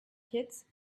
kids